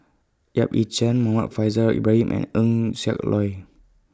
Yap Ee Chian Muhammad Faishal Ibrahim and Eng Siak Loy